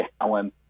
Allen